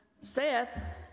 Seth